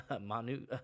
Manu –